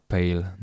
Pale